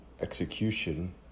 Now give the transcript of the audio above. execution